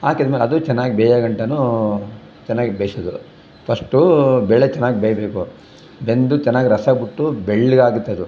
ಹಾಕಿದ್ಮೇಲೆ ಅದು ಚೆನ್ನಾಗಿ ಬೇಯೋಗಂಟನು ಚೆನ್ನಾಗಿ ಬೇಯಿಸೋದು ಫಸ್ಟು ಬೇಳೆ ಚೆನ್ನಾಗಿ ಬೇಯಬೇಕು ಬೆಂದು ಚೆನ್ನಾಗಿ ರಸ ಬಿಟ್ಟು ಬೆಳ್ಳಗಾಗತ್ತದು